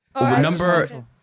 Number